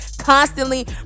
constantly